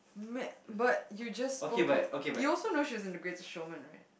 mad but you just spoke about you also know she's under the Greatest Showman right